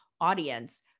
audience